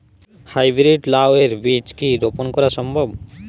High breed লাও এর বীজ কি রোপন করা সম্ভব?